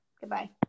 Goodbye